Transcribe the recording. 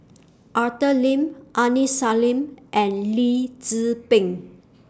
Arthur Lim Aini Salim and Lee Tzu Pheng